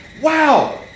wow